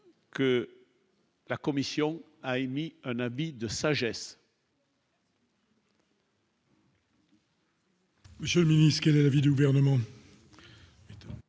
que. La commission a émis un avis de sagesse.